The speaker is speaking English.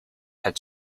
had